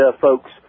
folks